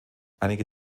einige